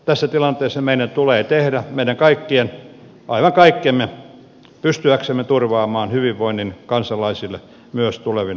tässä tilanteessa meidän tulee tehdä meidän kaikkien aivan kaikkemme pystyäksemme turvaamaan hyvinvoinnin kansalaisille myös tulevina vuosina